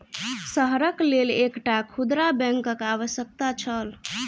शहरक लेल एकटा खुदरा बैंकक आवश्यकता छल